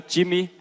Jimmy